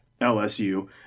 LSU